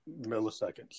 milliseconds